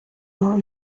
його